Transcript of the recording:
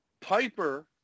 Piper